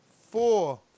four